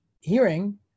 hearing